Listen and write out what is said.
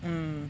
mm